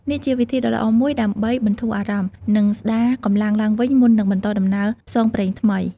នេះជាវិធីដ៏ល្អមួយដើម្បីបន្ធូរអារម្មណ៍ និងស្ដារកម្លាំងឡើងវិញមុននឹងបន្តដំណើរផ្សងព្រេងថ្មី។